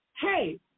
hey